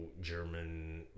German